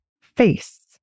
Face